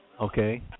okay